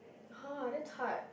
!huh! that's hard